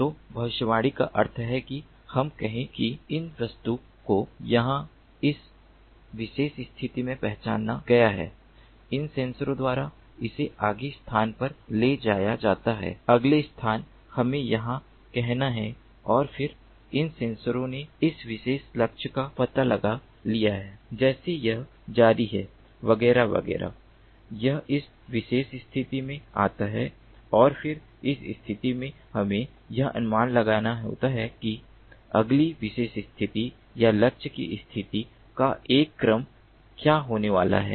तो भविष्यवाणी का अर्थ है कि हम कहें कि इस वस्तु को यहाँ इस विशेष स्थिति में पहचाना गया है इन सेंसरों द्वारा इसे अगले स्थान पर ले जाया जाता है अगला स्थान हमें यहाँ कहना है और फिर इन सेंसरों ने इस विशेष लक्ष्य का पता लगा लिया है जैसे यह जारी है वगैरह वगैरह यह इस विशेष स्थिति में आता है और फिर इस स्थिति में हमें यह अनुमान लगाना होता है कि अगली विशेष स्थिति या लक्ष्य की स्थिति का एक क्रम क्या होने वाला है